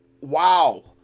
wow